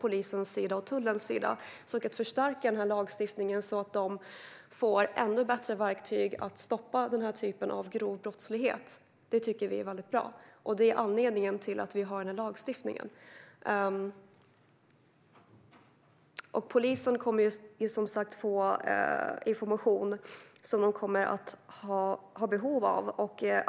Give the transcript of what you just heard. Att förstärka den här lagstiftningen så att polisen och tullen får ännu bättre verktyg att stoppa den här typen av grov brottslighet med tycker vi är väldigt bra. Det är anledningen till att vi vill ha den här lagstiftningen. Polisen kommer som sagt att få information som de kommer att ha behov av.